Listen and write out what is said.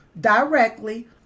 directly